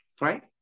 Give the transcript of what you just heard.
right